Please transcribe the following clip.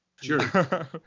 Sure